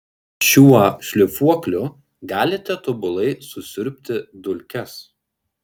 šiuo šlifuokliu galite tobulai susiurbti dulkes